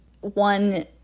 one